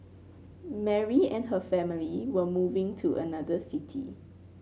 Mary and her family were moving to another city